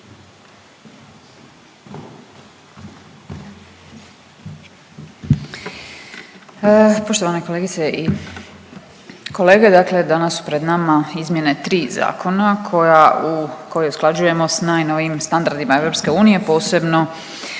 Poštovane kolegice i kolege. Dakle, danas su pred nama izmjene tri zakona koja usklađujemo s najnovijim standardima EU, posebno